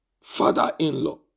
father-in-law